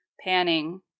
panning